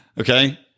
Okay